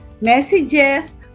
messages